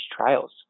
trials